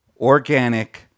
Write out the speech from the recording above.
organic